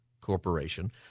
corporation